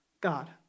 God